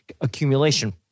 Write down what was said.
accumulation